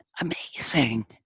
amazing